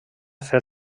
fer